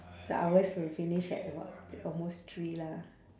so ours will finish at about almost three lah